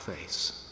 face